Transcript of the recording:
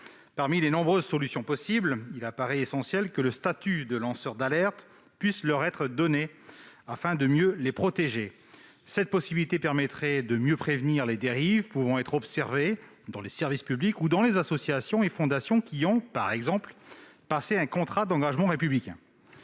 Parmi les nombreuses solutions possibles, il apparaît essentiel que le statut de lanceur d'alerte puisse leur être octroyé afin de mieux les protéger. Cette possibilité permettrait de mieux prévenir les dérives pouvant être observées dans les services publics ou dans les associations et les fondations qui ont, par exemple, signé un contrat d'engagement républicain.